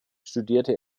studierte